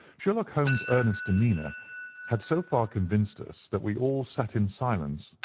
sherlock holmes' earnest demeanour had so far convinced us that we all sat in silence,